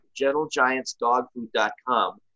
gentlegiantsdogfood.com